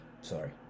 Sorry